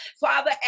Father